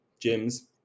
gyms